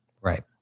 Right